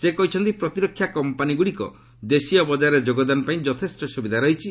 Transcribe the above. ସେ କହିଛନ୍ତି ପ୍ରତିରକ୍ଷା କମ୍ପାନୀଗ୍ରଡ଼ିକ ଦେଶୀୟ ବଜାରରେ ଯୋଗଦାନ ପାଇଁ ଯଥେଷ୍ଟ ସ୍ରବିଧା ରହିଛି